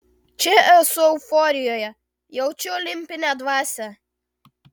čia esu euforijoje jaučiu olimpinę dvasią